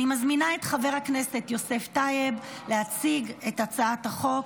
אני מזמינה את חבר הכנסת יוסף טייב להציג את הצעת החוק.